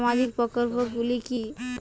সামাজিক প্রকল্প গুলি কি কি?